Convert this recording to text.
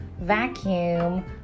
vacuum